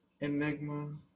Enigma